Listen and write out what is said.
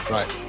Right